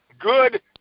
good